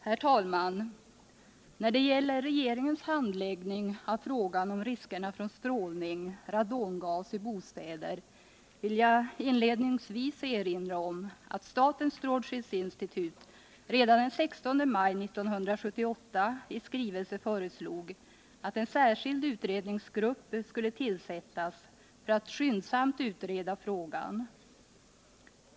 Herr talman! När det gäller regeringens handläggning av frågan om riskerna genom strålning — radongas — i bostäder vill jag inledningsvis erinra om att statens strålskyddsinstitut redan den 16 maj 1978 i skrivelse föreslog att en särskild utredningsgrupp skulle tillsättas för att skyndsamt utreda frågan.